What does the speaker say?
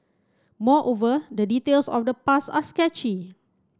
moreover the details of the past are sketchy